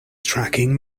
tracking